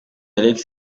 alex